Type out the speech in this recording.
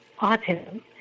autism